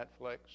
Netflix